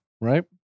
Right